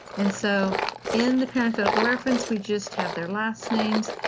and so in the parenthetical reference we just have their last names